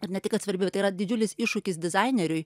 ir ne tai kad svarbi tai yra didžiulis iššūkis dizaineriui